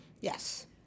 Yes